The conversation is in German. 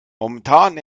momentan